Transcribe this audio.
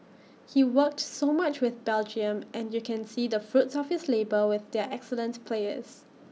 he's worked so much with Belgium and you can see the fruits of his labour with their excellent players